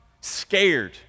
Scared